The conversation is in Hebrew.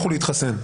לכו להתחסן.